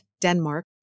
Denmark